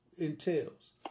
entails